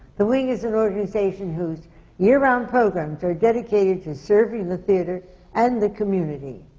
the wing is an organization whose year-round programs are dedicated to serving the theatre and the community.